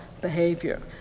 behavior